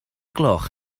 gloch